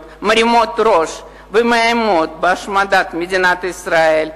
מרימות ראש ומאיימות בהשמדת מדינת ישראל.